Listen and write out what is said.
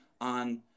on